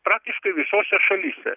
praktiškai visose šalyse